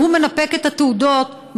שמנפק את התעודות,